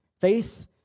Faith